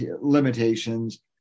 limitations